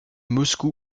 moscou